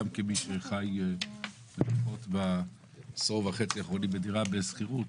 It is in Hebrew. רק כמי שגר בעשור וחצי האחרונים בדירה בשכירות,